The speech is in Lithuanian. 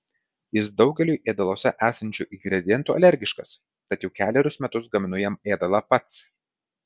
jis daugeliui ėdaluose esančių ingredientų alergiškas tad jau kelerius metus gaminu jam ėdalą pats